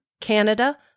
Canada